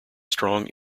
strong